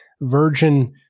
Virgin